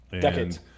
Decades